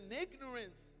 ignorance